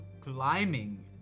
climbing